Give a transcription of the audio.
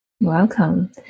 welcome